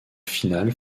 finale